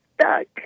stuck